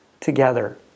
together